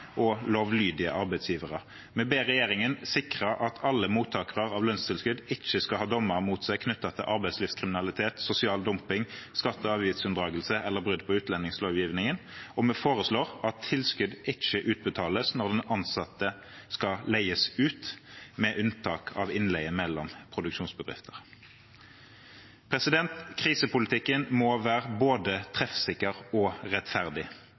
og lovlydige arbeidsgivere. Vi ber regjeringen sikre at alle mottakere av lønnstilskudd ikke skal ha dommer mot seg knyttet til arbeidslivskriminalitet, sosial dumping, skatte- og avgiftsunndragelse eller brudd på utlendingslovgivningen, og vi foreslår at tilskudd ikke utbetales når den ansatte skal leies ut, med unntak av innleie mellom produksjonsbedrifter. Krisepolitikken må være både treffsikker og rettferdig.